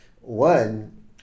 One